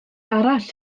arall